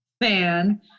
fan